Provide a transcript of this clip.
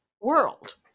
world